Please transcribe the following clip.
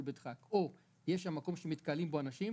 בדחק או שיש שם מקום שמתקהלים בו אנשים,